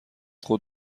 خود